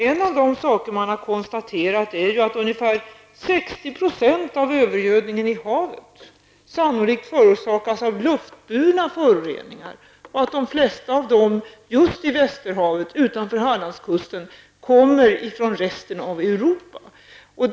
En av de saker man har konstaterat är att ungefär 60 % av övergödningen i havet sannolikt förorsakas av luftburna föroreningar. I just Västerhavet utanför Hallandskusten kommer de flesta av dessa föroreningar från resten av Europa.